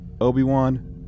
Obi-Wan